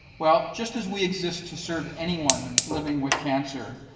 well, just as we exist to serve anyone living with cancer,